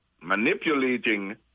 manipulating